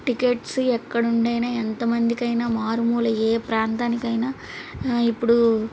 tickets ఎక్కడ నుండి అయినా ఎంతమందికైనా మారుమూల ఏ ప్రాంతానికైనా ఇప్పుడూ